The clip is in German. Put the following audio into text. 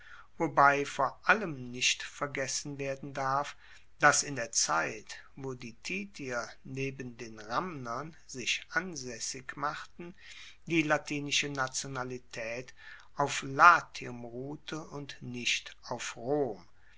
wobei vor allem nicht vergessen werden darf dass in der zeit wo die titier neben den ramnern sich ansaessig machten die latinische nationalitaet auf latium ruhte und nicht auf rom